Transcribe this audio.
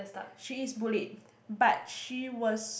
she is bullied but she was